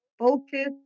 Focus